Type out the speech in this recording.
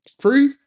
Free